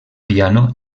piano